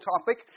topic